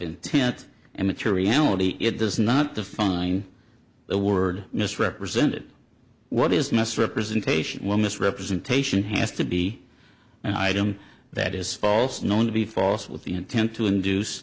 intent and materiality it does not define the word misrepresented what is necessary presentational misrepresentation has to be an item that is false known to be false with the intent to induce